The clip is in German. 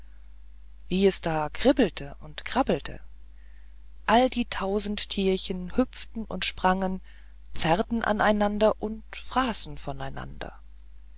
wie es da kribbelte und krabbelte alle die tausend tierchen hüpften und sprangen zerrten an einander und fraßen